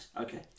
okay